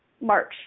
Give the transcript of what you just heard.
March